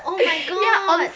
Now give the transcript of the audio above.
oh my god